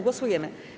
Głosujemy.